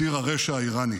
ציר הרשע האיראני.